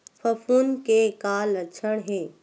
फफूंद के का लक्षण हे?